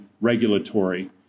regulatory